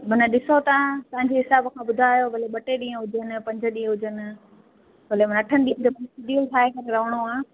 मने ॾिसो तव्हां पंहिंजे हिसाब सां ॿुधायो भले ॿ टे ॾींहं हुजनि या पंज ॾींहं हुजनि भले अठन ॾींहंनि जो शेड्यूल ठाहे करे रहिणो आहे